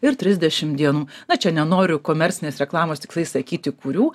ir trisdešimt dienų na čia nenoriu komercinės reklamos tikslais sakyti kurių